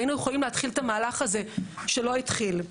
היינו יכולים להתחיל את המהלך הזה שלא התחיל.